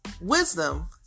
Wisdom